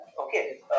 okay